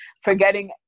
forgetting